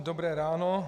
Dobré ráno.